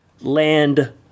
Land